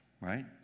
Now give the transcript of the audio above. right